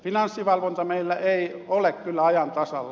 finanssivalvonta meillä ei ole kyllä ajan tasalla